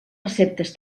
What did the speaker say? receptes